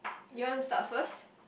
you want to start first